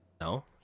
No